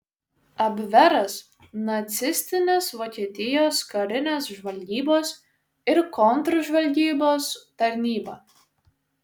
abveras nacistinės vokietijos karinės žvalgybos ir kontržvalgybos tarnyba